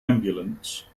ambulance